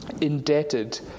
indebted